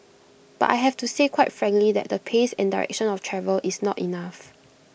but I have to say quite frankly that the pace and direction of travel is not enough